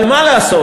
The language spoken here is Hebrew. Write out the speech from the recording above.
אבל מה לעשות,